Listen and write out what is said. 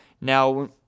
Now